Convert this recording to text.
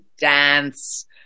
dance